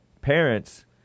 parents